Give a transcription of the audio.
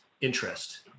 interest